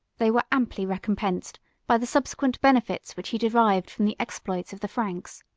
they were amply recompensed by the subsequent benefits which he derived from the exploits of the franks.